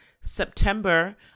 september